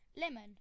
lemon